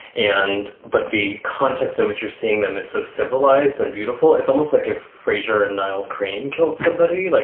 and but the context in which you're seeing them is so civilized and beautiful. it's almost like if frasier and niles crane killed somebody. like